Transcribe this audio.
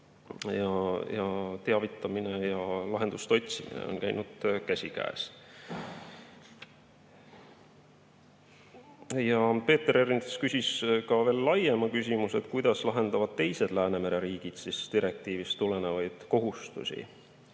teavitamine ja lahenduste otsimine on käinud käsikäes. Peeter Ernits küsis ka laiema küsimuse, kuidas lahendavad teised Läänemere riigid direktiivist tulenevaid kohustusi